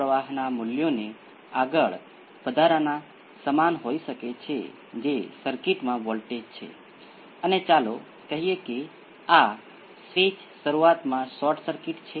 પહેલા મને પ્રથમ ઓર્ડર સિસ્ટમ પર વિચાર કરવા દો જોકે આ પાઠમાં ધ્યાન બીજી ઓર્ડર સિસ્ટમ પર છે